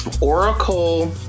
Oracle